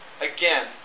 again